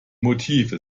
motive